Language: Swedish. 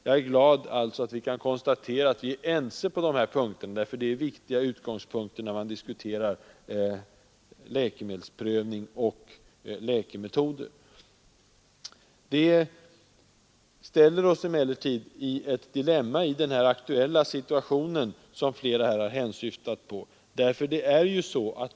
Jag är glad att vi är ense på dessa punkter, för de är viktiga när man diskuterar läkemedelsprövning och läkemetoder. Det ställer oss emellertid i ett dilemma i den aktuella situation som flera har hänsyftat på.